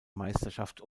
meisterschaft